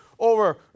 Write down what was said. Over